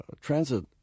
transit